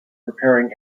repairing